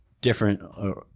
different